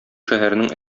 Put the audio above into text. шәһәрнең